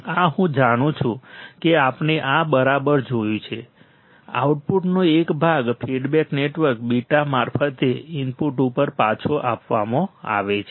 આ હું જાણું છું કે આપણે આ બરાબર જોયું છે આઉટપુટનો એક ભાગ ફીડબેક નેટવર્ક β મારફતે ઇનપુટ ઉપર પાછો આપવામાં આવે છે